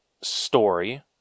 story